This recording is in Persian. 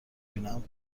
بینم